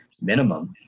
minimum